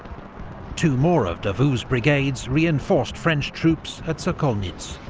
two more of davout's brigades reinforced french troops at sokolnitz.